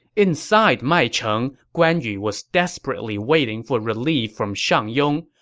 inside maicheng, guan yu was desperately waiting for relief from shangyong,